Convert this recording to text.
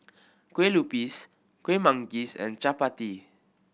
Kueh Lupis Kueh Manggis and Chappati